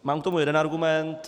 Mám k tomu jeden argument.